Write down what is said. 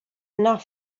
enough